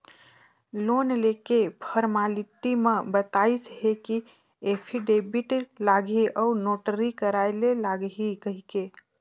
loan लेके formality म बताइस हे कि एफीडेबिड लागही अउ नोटरी कराय ले लागही कहिके